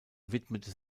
widmete